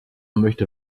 möchte